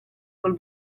col